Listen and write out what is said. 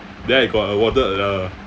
then I got awarded a